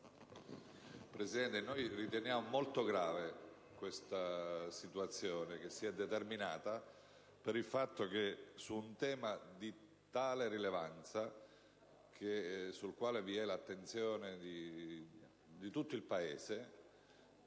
Presidente, riteniamo molto grave la situazione che si è determinata per il fatto che, su un tema di tale rilevanza, sul quale vi è l'attenzione di tutto il Paese,